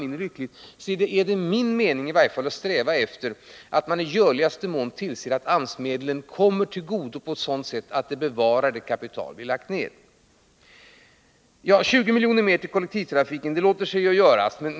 Även om detta inte tas upp i ett formellt riksdagsbeslut — vilket av andra skäl kan vara mindre lyckligt — så är det i varje fall min mening att sträva efter att arbeta med en sådan inriktning. 20 miljoner mer till kollektivtrafiken, det låter sig ju sägas.